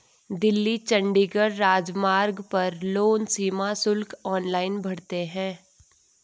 दिल्ली चंडीगढ़ राजमार्ग पर लोग सीमा शुल्क ऑनलाइन भरते हैं